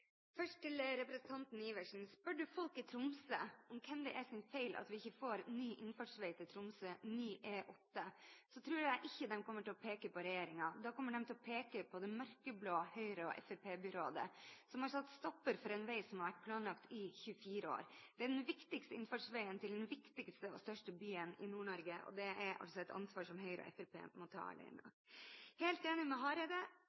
Først til representanten Iversen: Spør du folk i Tromsø om hvem det er sin feil at vi ikke får ny innfartsvei til Tromsø, ny E8, tror jeg ikke de kommer til å peke på regjeringen. Da kommer de til å peke på det mørkeblå Høyre- og Fremskrittsparti-byrådet, som har satt en stopper for en vei som har vært planlagt i 24 år – den viktigste innfartsveien til den viktigste og største byen i Nord-Norge – og det er et ansvar som Høyre og Fremskrittspartiet må ta alene. Jeg er helt enig med Hareide: